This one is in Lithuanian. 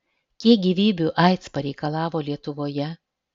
kiek gyvybių aids pareikalavo lietuvoje